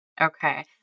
Okay